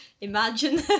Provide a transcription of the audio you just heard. imagine